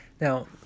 Now